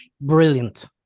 brilliant